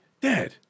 dad